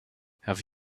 have